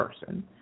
person